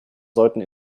sollten